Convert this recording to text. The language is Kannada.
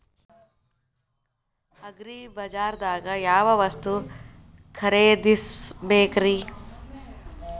ಅಗ್ರಿಬಜಾರ್ದಾಗ್ ಯಾವ ವಸ್ತು ಖರೇದಿಸಬೇಕ್ರಿ?